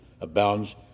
abounds